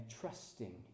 trusting